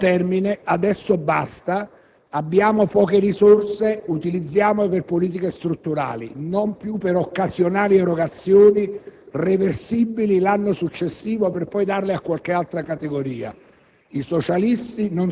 è una fiducia a termine. Adesso basta. Abbiamo poche risorse; utilizziamole per politiche strutturali, non più per occasionali erogazioni, reversibili l'anno successivo per poi darle a qualche altra categoria.